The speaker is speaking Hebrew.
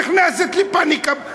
נכנסת לפניקה,